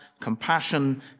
compassion